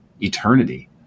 eternity